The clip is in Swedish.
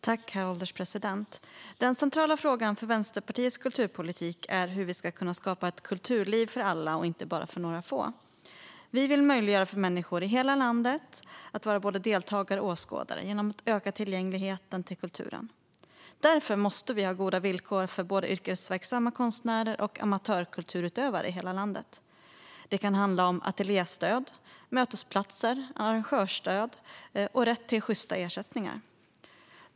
Herr ålderspresident! Den centrala frågan för Vänsterpartiets kulturpolitik är hur vi ska kunna skapa ett kulturliv för alla och inte bara för några få. Vi vill möjliggöra för människor i hela landet att vara både deltagare och åskådare genom att öka tillgängligheten till kulturen. Därför måste vi ha goda villkor för både yrkesverksamma konstnärer och amatörkulturutövare i hela landet. Det kan handla om ateljéstöd, mötesplatser, arrangörsstöd och rätt till sjysta ersättningar.